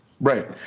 Right